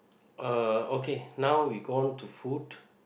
(uh)okay now we go on to food